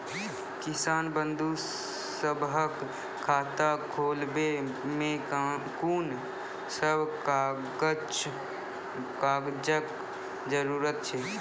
किसान बंधु सभहक खाता खोलाबै मे कून सभ कागजक जरूरत छै?